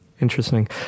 Interesting